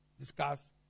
Discuss